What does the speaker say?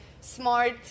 smart